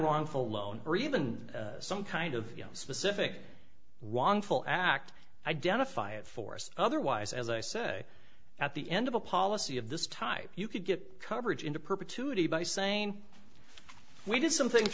wrongful loan or even some kind of specific one full act identify it force otherwise as i say at the end of a policy of this type you could get coverage into perpetuity by saying we did some things